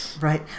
Right